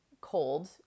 cold